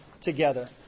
together